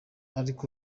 ariko